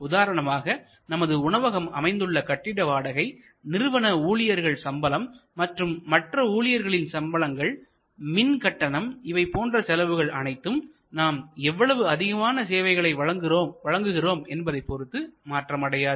உதாரணமாக நமது உணவகம் அமைந்துள்ள கட்டிட வாடகை நிறுவன ஊழியர்கள் சம்பளம் மற்றும் மற்ற ஊழியர்களின் சம்பளங்கள்மின் கட்டணம் இவை போன்ற செலவுகள் அனைத்தும் நாம் எவ்வளவு அதிகமாக சேவைகளை வழங்குகிறோம் என்பதை பொருத்து மாற்றம் அடையாது